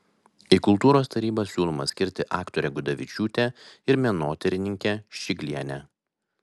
į kultūros tarybą siūloma skirti aktorę gudavičiūtę ir menotyrininkę ščiglienę